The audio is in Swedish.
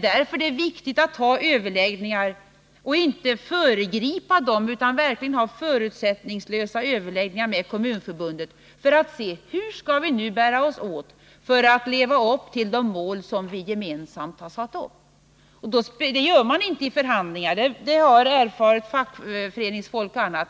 Därför är det viktigt att ha förutsättningslösa överläggningar med Kommunförbundet för att se hur vi skall kunna leva upp till de mål som vi gemensamt har satt upp. Att man inte bör föregripa förhandlingar har erfaret fackföreningsfolk funnit.